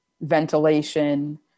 ventilation